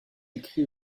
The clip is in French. écrit